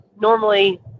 normally